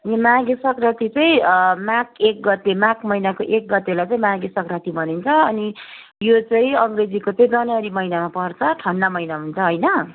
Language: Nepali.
यो माघे सङ्क्रान्ति चाहिँ माघ एक गते माघ महिनाको एक गतेलाई चाहिँ माघे सङ्क्रान्ति भनिन्छ अनि यो चाहिँ अङ्ग्रेजीको चाहिँ जनवरी महिनामा पर्छ ठन्डा महिना हुन्छ होइन